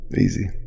Easy